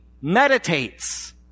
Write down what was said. meditates